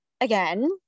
again